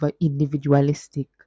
individualistic